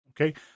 Okay